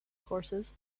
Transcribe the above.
courses